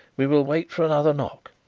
we will wait for another knock.